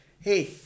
hey